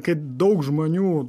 kad daug žmonių